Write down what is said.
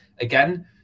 again